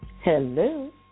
Hello